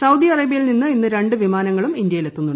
Saudi അറേബ്യയിൽ നിന്ന് ഇന്ന് രണ്ട് വിമാനങ്ങളും ഇന്ത്യയിലെത്തും